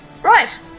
Right